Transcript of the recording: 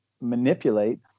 manipulate